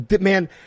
man